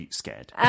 scared